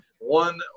one